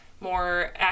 more